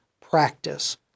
practice